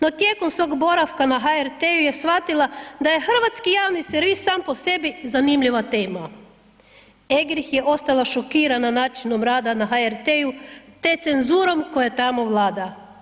No, tijekom svog boravka na HRT-u je shvatila da je hrvatski javni servis sam po sebi zanimljiva tema, Eggerichs je ostala šokirana načinom rada na HRT-u, te cenzurom koja tamo vlada.